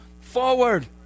forward